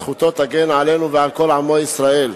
זכותו תגן עלינו ועל כל עמו ישראל.